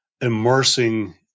immersing